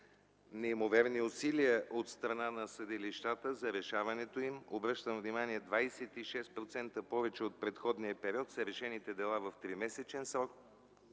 неимоверни усилия от страна на съдилищата за решаването им – обръщам внимание – 26% повече от предходния период, са решените дела в 3-месечен срок,